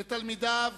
לתלמידיו